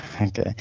Okay